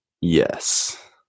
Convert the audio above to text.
Yes